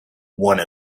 one